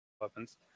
weapons